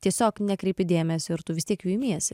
tiesiog nekreipi dėmesio ir tu vis tiek jų imiesi